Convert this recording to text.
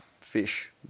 fish